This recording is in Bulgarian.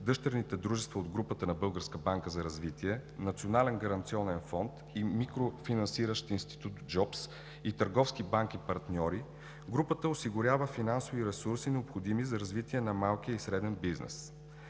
дъщерните дружества от Групата на Българската банка за развитие – Националния гаранционен фонд, Микрофинансиращата институция „Джобс“ и търговски банки-партньори, Групата осигурява финансови ресурси, необходими за развитие на малкия и среден бизнес.